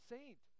Saint